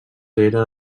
era